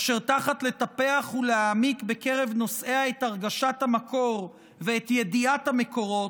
אשר תחת לטפח ולהעמיק בקרב נושאיה את הרגשת המקור ואת ידיעת המקורות,